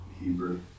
hebrew